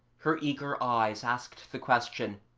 her eager eyes asked the question,